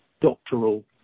doctoral